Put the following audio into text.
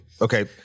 Okay